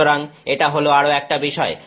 সুতরাং এটা হলো আরো একটা বিষয়